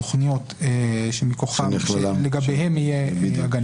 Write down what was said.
תוספת שביעית" זאת בעצם רשימת התוכניות שלגביהן תהיה הגנה.